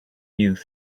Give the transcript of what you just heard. youth